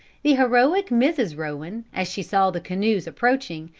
the heroic mrs. rowan, as she saw the canoes approaching,